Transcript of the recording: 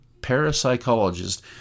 parapsychologist